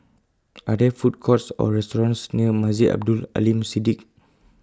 Are There Food Courts Or restaurants near Masjid Abdul Aleem Siddique